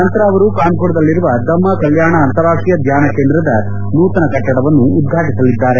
ನಂತರ ಅವರು ಕಾನ್ವುರದಲ್ಲಿರುವ ಧಮ್ಮ ಕಲ್ಯಾಣ ಅಂತಾರಾಷ್ವೀಯ ಧಾನ್ಯ ಕೇಂದ್ರದ ನೂತನ ಕಟ್ಟಡವನ್ನು ಉದ್ವಾಟಿಸಲಿದ್ದಾರೆ